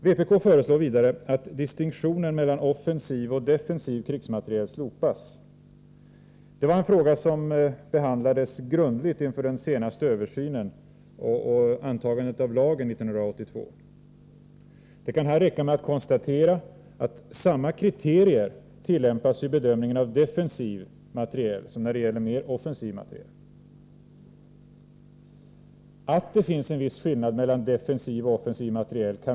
Vpk föreslår vidare att distinktionen mellan offensiv och defensiv krigsmateriel slopas. Det var en fråga som behandlades grundligt inför den senaste översynen och antagandet av lagen 1982. Det kan här räcka att konstatera att samma kriterier tillämpas vid bedömningen av defensiv materiel som när det gäller mer offensiv materiel. Man kan inte resonera bort, att det finns en viss skillnad mellan defensiv och offensiv materiel.